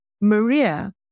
Maria